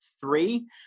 three